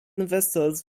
vessels